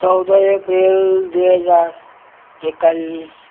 चौध एप्रिल दुई हजार एक्काइस